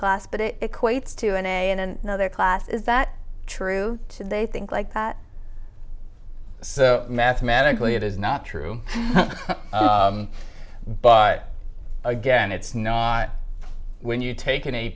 class but it equates to an a in another class is that true they think like that so mathematically it is not true but again it's not when you take an a